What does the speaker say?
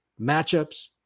Matchups